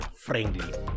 friendly